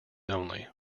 only